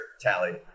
tally